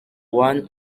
one